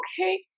Okay